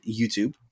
YouTube